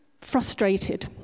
frustrated